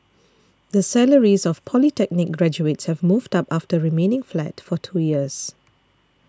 the salaries of polytechnic graduates have moved up after remaining flat for two years